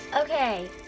Okay